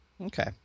Okay